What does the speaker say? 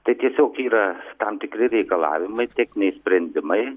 tai tiesiog yra tam tikri reikalavimai techniniai sprendimai